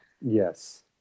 Yes